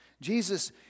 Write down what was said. Jesus